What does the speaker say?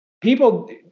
People